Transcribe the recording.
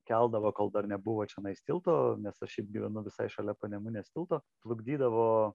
keldavo kol dar nebuvo čionais tilto nes aš šiaip gyvenu visai šalia panemunės tilto plukdydavo